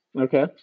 Okay